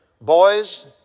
Boys